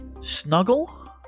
Snuggle